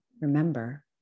remember